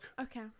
Okay